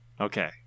Okay